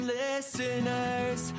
listeners